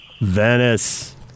Venice